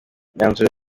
imyanzuro